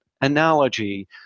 analogy